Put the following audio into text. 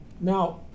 Now